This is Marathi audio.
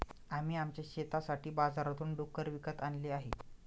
आम्ही आमच्या शेतासाठी बाजारातून डुक्कर विकत आणले आहेत